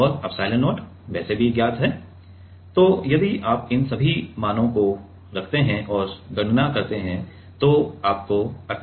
और एप्सिलॉन0 वैसे भी ज्ञात है यदि आप इन सभी मूल्यों को रखते हैं और गणना करते हैं तो आपको 188 वोल्ट मिलेगा